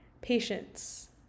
patience